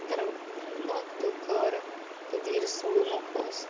तर बघ तू कर तू धीर सोडू नकोस